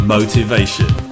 Motivation